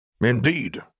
Indeed